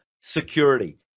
Security